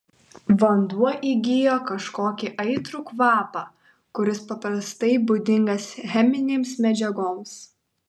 vanduo įgijo kažkokį aitrų kvapą kuris paprastai būdingas cheminėms medžiagoms